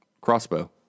crossbow